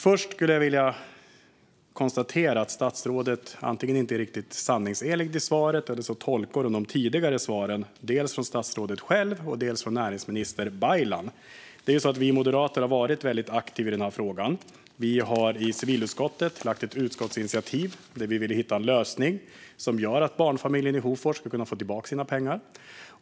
Först vill jag konstatera att statsrådet antingen inte är riktigt sanningsenlig i svaret eller också tolkar de tidigare svaren från dels statsrådet själv, dels från näringsminister Baylan. Vi moderater har varit aktiva i denna fråga. Vi har i civilutskottet lagt fram ett utskottsinitiativ då vi ville hitta en lösning som gör att barnfamiljen i Hofors kan få tillbaka sina pengar.